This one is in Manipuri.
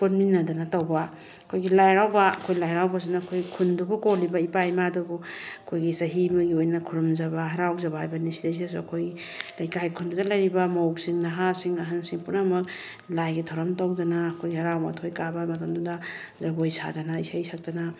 ꯄꯨꯟꯃꯤꯟꯅꯗꯅ ꯇꯧꯕ ꯑꯩꯈꯣꯏꯒꯤ ꯂꯥꯏ ꯍꯥꯔꯥꯎꯕ ꯑꯩꯈꯣꯏ ꯂꯥꯏ ꯍꯥꯔꯥꯎꯕꯁꯤꯅ ꯑꯩꯈꯣꯏ ꯈꯨꯟꯗꯨꯕꯨ ꯀꯣꯜꯂꯤꯕ ꯏꯄꯥ ꯏꯃꯥꯗꯨꯕꯨ ꯑꯩꯈꯣꯏꯒꯤ ꯆꯍꯤ ꯑꯃꯒꯤ ꯑꯣꯏꯅ ꯈꯨꯔꯨꯝꯖꯕ ꯍꯥꯔꯥꯎꯖꯕ ꯍꯥꯏꯕꯅꯤ ꯁꯤꯗꯒꯤꯁꯤꯗꯁꯨ ꯑꯩꯈꯣꯏ ꯂꯩꯀꯥꯏ ꯈꯨꯟꯗꯨꯗ ꯂꯩꯔꯤꯕ ꯃꯧꯁꯤꯡ ꯅꯍꯥꯁꯤꯡ ꯑꯍꯟꯁꯤꯡ ꯄꯨꯅꯃꯛ ꯂꯥꯏꯒꯤ ꯊꯧꯔꯝ ꯇꯧꯗꯅ ꯑꯩꯈꯣꯏꯒꯤ ꯍꯔꯥꯎ ꯃꯊꯣꯏ ꯀꯥꯕ ꯃꯇꯝꯗꯨꯗ ꯖꯒꯣꯏ ꯁꯥꯗꯅ ꯏꯁꯩ ꯁꯛꯇꯅ